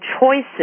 choices